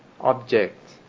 object